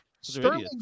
Sterling